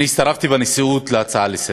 הצטרפתי בנשיאות להצעה לסדר-היום.